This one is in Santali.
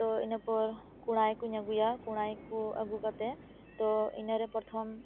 ᱛᱚ ᱤᱱᱟᱹ ᱯᱚᱨ ᱠᱚᱲᱟᱭ ᱠᱚᱧ ᱟᱹᱜᱩᱭᱟ ᱠᱚᱲᱟᱭ ᱠᱚ ᱟᱹᱜᱩ ᱠᱟᱛᱮᱜ ᱛᱚ ᱤᱱᱟᱹ ᱨᱮ ᱯᱚᱨᱛᱷᱚᱢ